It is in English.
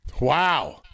Wow